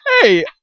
hey